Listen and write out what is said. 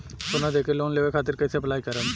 सोना देके लोन लेवे खातिर कैसे अप्लाई करम?